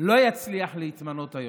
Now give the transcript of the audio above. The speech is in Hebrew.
לא יצליח להתמנות היום.